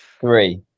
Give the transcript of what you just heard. Three